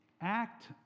Act